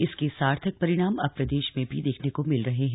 इसके सार्थक परिणाम अब प्रदेश में भी देखने को मिल रहे है